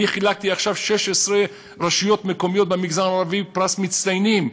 אני חילקתי עכשיו ל-16 רשויות מקומיות במגזר הערבי פרס מצטיינים.